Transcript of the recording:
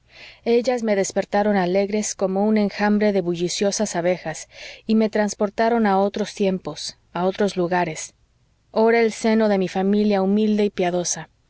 ellas se despertaron alegres como un enjambre de bulliciosas abejas y me transportaron a otros tiempos a otros lugares ora al seno de mi familia humilde y piadosa